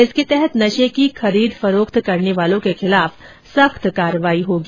इसके तहत नर्श की खरीद फरोख्त करने वालों के खिलाफ सख्त कार्रवाई होगी